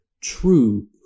true